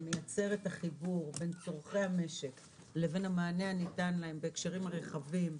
שמייצר את החיבור בין צורכי המשק לבין המענה הניתן להם בהקשרים הרחבים,